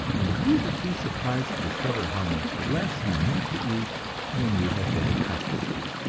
and you will be surprised to discover how much less you need to eat than you have been accustomed to.